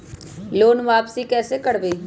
Loan वापसी कैसे करबी?